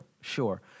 sure